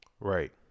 Right